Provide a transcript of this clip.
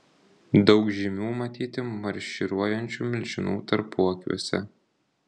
daug žymių matyti marširuojančių milžinų tarpuakiuose